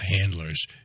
handlers